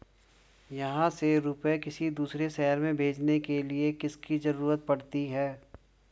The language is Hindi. यहाँ से रुपये किसी दूसरे शहर में भेजने के लिए किसकी जरूरत पड़ती है?